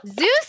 Zeus